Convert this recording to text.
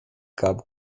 cup